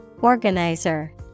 Organizer